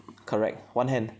correct one hand